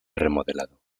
remodelado